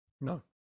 No